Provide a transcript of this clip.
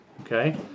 okay